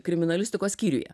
kriminalistikos skyriuje